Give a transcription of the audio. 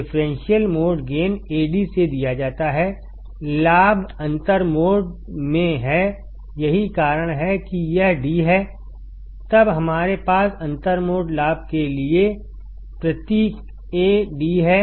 differential mode gain Ad से दिया जाता हैलाभ अंतर मोड में हैयही कारण है कि यह d हैतब हमारे पासअंतर मोड लाभ के लिएप्रतीक Ad है